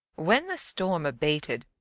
when the storm abated,